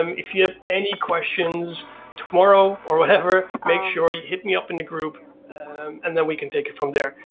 um if you have any questions tomorrow or whatever make sure you hit me up in the group and then we can take it from there.